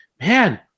man